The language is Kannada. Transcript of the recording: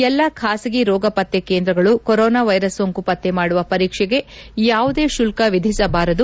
ಎಲ್ಲಾ ಖಾಸಗಿ ರೋಗ ಪತ್ತೆ ಕೇಂದ್ರಗಳು ಕೊರೋನಾ ವೈರಸ್ ಸೋಂಕು ಪತ್ತೆ ಮಾಡುವ ಪರೀಕ್ಷೆಗೆ ಯಾವುದೇ ಶುಲ್ತ ವಿಧಿಸಬಾರದು